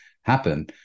happen